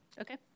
Okay